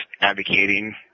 advocating